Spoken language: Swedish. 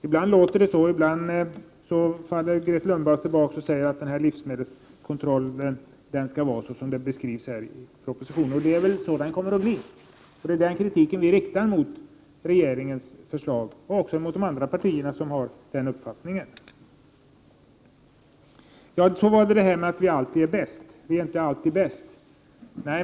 Ibland får man det intrycket, och ibland faller Grethe Lundblad tillbaka och säger att livmedelskontrollen skall vara så som den beskrivs i propositionen, och det är väl sådan som den kommer att bli. Det är därför som vi riktar kritik mot regeringens förslag och också mot de övriga partier som har samma uppfattning. Vi i Sverige är inte alltid bäst.